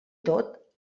tot